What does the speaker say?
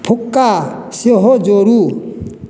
बुक्का सेहो जोड़ू